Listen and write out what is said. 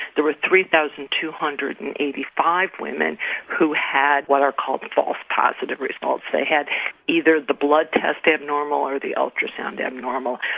there were three thousand two hundred and eighty five women who had what are called false positive results. they had either the blood test abnormal or the ultrasound abnormal.